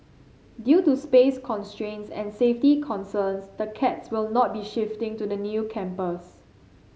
due to space constraints and safety concerns the cats will not be shifting to the new campus